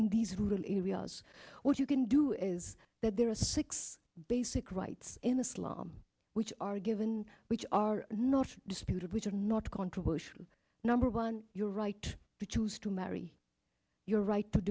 what you can do is that there are six basic rights in islam which are given which are not disputed which are not controversial number one your right to choose to marry your right to